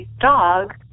dog